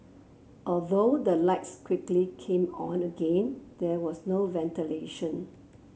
although the lights quickly came on again there was no ventilation